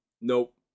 Nope